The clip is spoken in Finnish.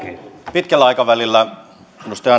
pitkällä aikavälillä edustaja